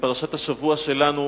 בפרשת השבוע שלנו